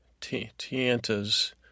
Tiantas